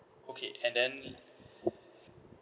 okay and then